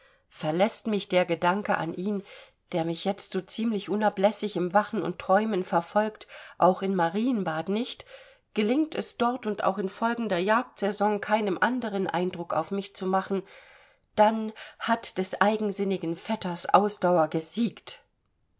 verläßt mich der gedanke an ihn der mich jetzt so ziemlich unablässig im wachen und träumen verfolgt auch in marienbad nicht gelingt es dort und auch in folgender jagdsaison keinem anderen eindruck auf mich zu machen dann hat des eigensinnigen vetters ausdauer gesiegt